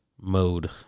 mode